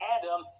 Adam